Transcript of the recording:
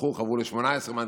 הלכו וחברו ל-18 מנדטים,